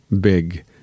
big